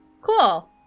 Cool